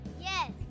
Yes